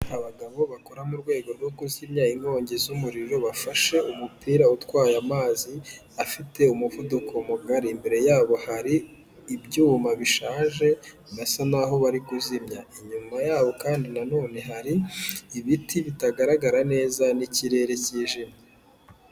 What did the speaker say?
Abagabo bakora mu rwego rwo kuzimya inkongi z'umuriro bafashe umupira utwaye amazi afite umuvuduko mugari, imbere yabo hari ibyuma bishaje basa naho bari kuzimya, inyuma yabo kandi nanone hari ibiti bitagaragara neza n'ikirere kijimye.